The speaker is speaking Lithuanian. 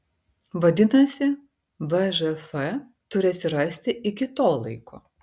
vadinasi vžf turi atsirasti iki to laiko